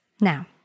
Now